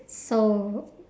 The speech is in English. so